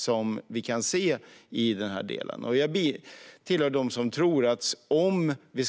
Ska vi